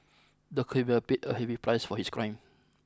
the criminal paid a heavy price for his crime